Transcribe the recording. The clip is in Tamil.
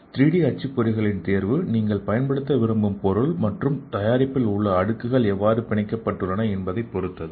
3 டி அச்சுப்பொறிகளின் தேர்வு நீங்கள் பயன்படுத்த விரும்பும் பொருள் மற்றும் தயாரிப்பில் உள்ள அடுக்குகள் எவ்வாறு பிணைக்கப்பட்டுள்ளன என்பதையும் பொறுத்தது